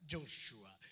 Joshua